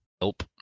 Nope